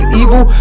evil